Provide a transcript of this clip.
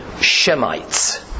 Shemites